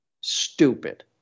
Stupid